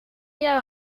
jouw